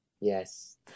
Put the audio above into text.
Yes